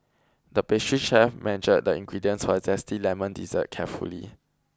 the pastry chef measured the ingredients for a zesty lemon dessert carefully